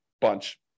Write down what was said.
bunch